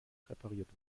repariert